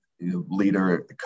leader